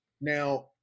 Now